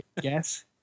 guess